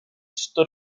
stood